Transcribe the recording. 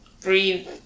Breathe